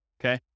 okay